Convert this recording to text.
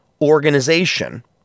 organization